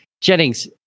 Jennings